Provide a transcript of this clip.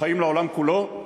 לחיים לעולם כולו,